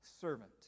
servant